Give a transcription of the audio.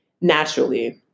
naturally